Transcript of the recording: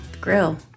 grill